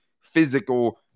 physical